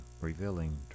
revealing